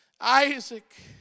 Isaac